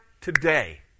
today